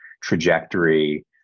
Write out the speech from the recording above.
trajectory